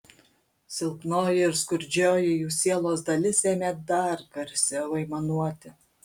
silpnoji ir skurdžioji jų sielos dalis ėmė dar garsiau aimanuoti